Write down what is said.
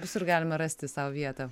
visur galima rasti sau vietą